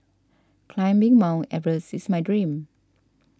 climbing Mount Everest is my dream